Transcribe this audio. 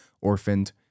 orphaned